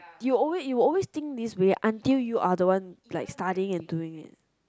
you will always you will always think this way until you are the one like studying and doing it